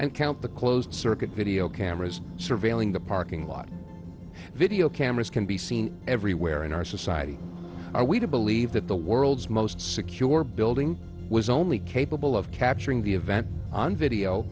and count the closed circuit video cameras surveiling the parking lot video cameras can be seen everywhere in our society are we to believe that the world's most secure building was only capable of capturing the event on video